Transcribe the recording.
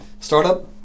startup